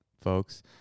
folks